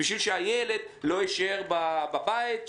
כדי שהילד לא יישאר בבית,